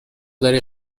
داری